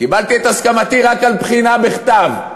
קיבלתי את הסכמתי רק על בחינה בכתב.